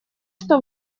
что